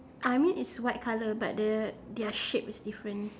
I mean is white colour but the their shape is different